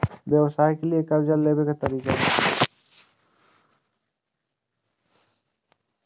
व्यवसाय के लियै कर्जा लेबे तरीका?